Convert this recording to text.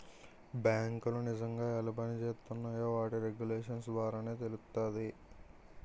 బేంకులు నిజంగా ఎలా పనిజేత్తున్నాయో వాటి రెగ్యులేషన్స్ ద్వారానే తెలుత్తాది